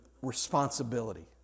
responsibility